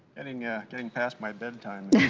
and and yeah and past my bedtime.